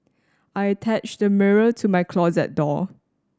I attached a mirror to my closet door